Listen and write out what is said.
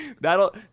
That'll